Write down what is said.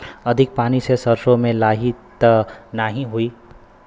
अधिक पानी से सरसो मे लाही त नाही होई?